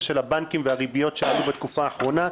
של הבנקים והריביות שעלו בתקופה האחרונה.